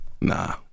nah